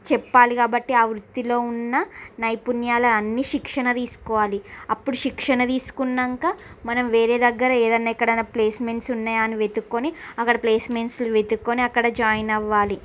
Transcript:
చెప్పాలి కాబట్టి ఆ వృత్తిలో ఉన్న నైపుణ్యాలు అన్నీ శిక్షణ తీసుకోవాలి అప్పుడు శిక్షణ తీసుకున్నాకా మనం వేరే దగ్గర ఏదన్నా ఎక్కడన్నా ప్లేస్మెంట్స్ ఉన్నాయా అని వెతుక్కోని అక్కడ ప్లేస్మెంట్స్లు వెతుక్కోని అక్కడ జాయిన్ అవ్వాలి